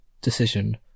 decision